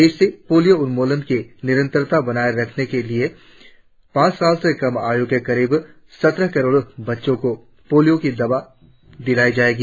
देश से पोलियो उन्मूलन की निरंतरता बनाए रखने के लिए पांच साल से कम आयु के करीब सत्रह करोड़ बच्चों को पोलियो की दवा दिलाई जाएगी